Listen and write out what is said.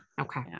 Okay